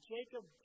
Jacob